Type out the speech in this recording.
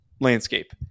landscape